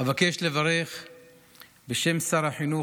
אבקש לברך בשם שר החינוך,